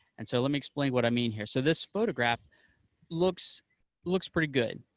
and so let me explain what i mean here. so this photograph looks looks pretty good.